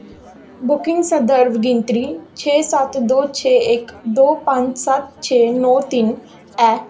booking संदर्भ गिनतरी छे दो सत्त छे दो इक दो पंज सत्त छे नौ तिन्न ऐ